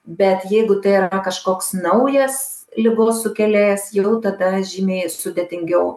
bet jeigu tai yra kažkoks naujas ligos sukėlėjas jau tada žymiai sudėtingiau